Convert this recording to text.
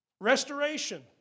Restoration